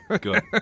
good